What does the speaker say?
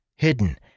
Hidden